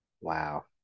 Wow